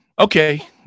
Okay